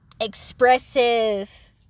expressive